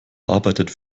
arbeitet